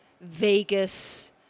vegas